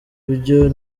byo